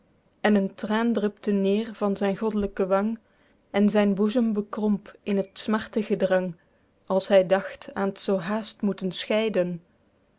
en een traen drupte neêr van zyn godlyke wang en zyn boezem bekromp in het smartegedrang als hy dacht aen t zoo haest moeten scheiden